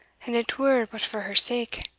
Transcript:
an it were but for her sake